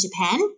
Japan